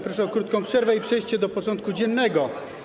Proszę o krótką przerwę i przejście do porządku dziennego.